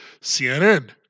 CNN